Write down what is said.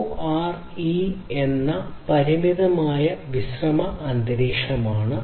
കോആർഇ എന്നത് പരിമിതമായ വിശ്രമ അന്തരീക്ഷമാണ്